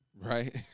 Right